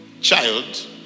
child